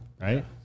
right